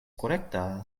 korekta